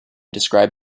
described